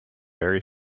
very